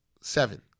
Seven